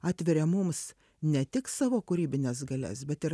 atveria mums ne tik savo kūrybines galias bet ir